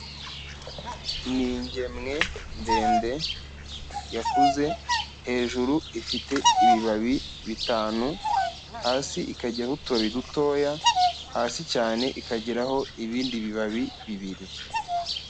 Ni ingemwe ndende yakuze hejuru ifite ibibabi bitanu, hasi ikagiraho utubabi dutoya, hasi cyane ikagiraho ibindi bibabi bibiri.